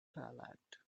palate